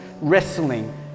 wrestling